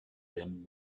rim